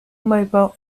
mobile